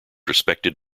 respected